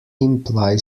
imply